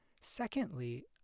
Secondly